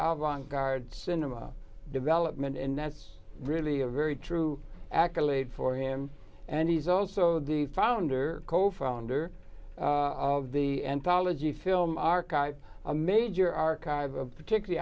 album guard cinema development and that's really a very true accolade for him and he's also the founder co founder of the anthology film archive a major archive a particular